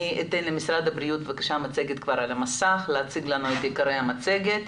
אני אתן למשרד הבריאות להציג לנו את עיקרי המצגת.